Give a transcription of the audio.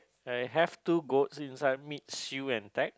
I have two goats inside meat shield and